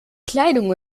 kleidung